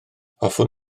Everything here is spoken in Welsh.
hoffwn